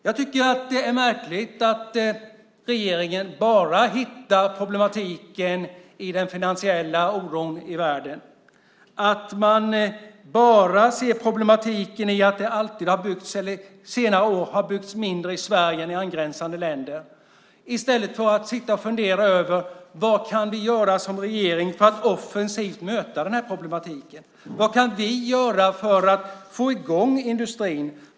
Jag tycker att det är märkligt att regeringen bara hittar problemen i den finansiella oron i världen och att man bara ser problemen med att det under senare år har byggts mindre i Sverige än i angränsande länder i stället för att fundera över vad man som regering kan göra för att offensivt möta dessa problem. Vad kan vi göra för att få i gång industrin?